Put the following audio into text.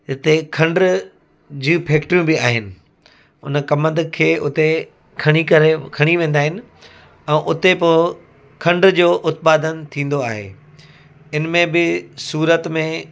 हिते खंड जी फैक्ट्रियूं बि आहिनि हुन कमंद खे उते खणी करे खणी वेंदा आहिनि ऐं उते पोइ खंड जो उत्पादन थींदो आहे इन में बि सूरत में